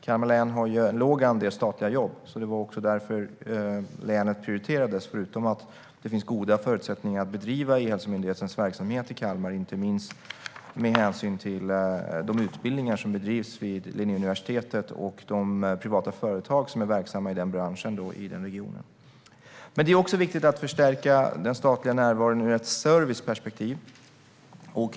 Kalmar län har en låg andel statliga jobb. Det var också därför länet prioriterades, förutom att det finns goda förutsättningar att bedriva E-hälsomyndighetens verksamhet i Kalmar, inte minst med hänsyn till de utbildningar som bedrivs vid Linnéuniversitetet och de privata företag som är verksamma i den branschen i den regionen. Men det är också viktigt att förstärka den statliga närvaron ur ett serviceperspektiv.